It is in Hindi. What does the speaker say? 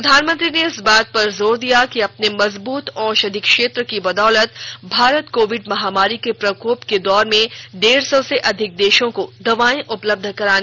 प्रधानमंत्री ने इस बात पर जोर दिया कि अपने मजबूत औषधि क्षेत्र की बदौलत भारत कोविड महामारी के प्रकोप के दौर में डेढ़ सौ से अधिक देशों को दवाएं उपलब्ध कराने में सफल रहा